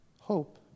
Hope